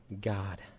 God